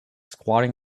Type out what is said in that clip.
squatting